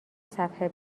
صفحه